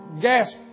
gas